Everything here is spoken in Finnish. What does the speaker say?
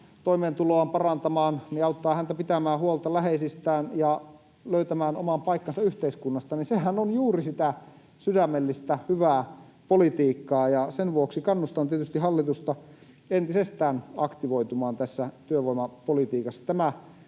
toimeentuloaan parantamaan, niin auttaa häntä pitämään huolta läheisistään ja löytämään oman paikkansa yhteiskunnasta, on juuri sitä sydämellistä, hyvää politiikkaa. Sen vuoksi kannustan tietysti hallitusta entisestään aktivoitumaan tässä työvoimapolitiikassa.